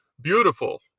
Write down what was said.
beautiful